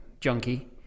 junkie